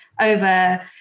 over